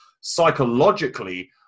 psychologically